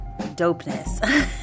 dopeness